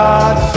God